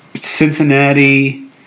Cincinnati